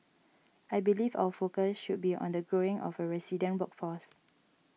I believe our focus should be on the growing of a resident workforce